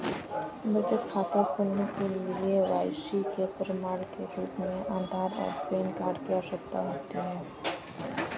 बचत खाता खोलने के लिए के.वाई.सी के प्रमाण के रूप में आधार और पैन कार्ड की आवश्यकता होती है